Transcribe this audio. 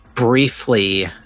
briefly